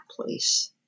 place